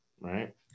right